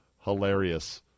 hilarious